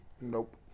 Nope